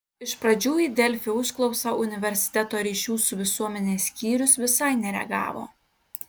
iš pradžių į delfi užklausą universiteto ryšių su visuomene skyrius visai nereagavo